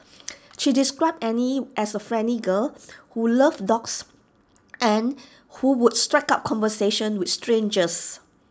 she described Annie as A friendly girl who loved dogs and who would strike up conversations with strangers